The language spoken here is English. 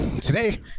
Today